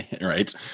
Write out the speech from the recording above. Right